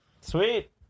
Sweet